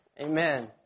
Amen